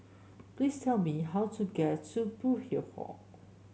please tell me how to get to Burkill Hall